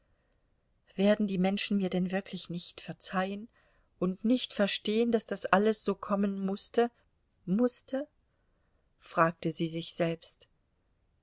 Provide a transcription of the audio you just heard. werden die menschen mir denn wirklich nicht verzeihen und nicht verstehen daß das alles so kommen mußte mußte fragte sie sich selbst